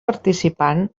participant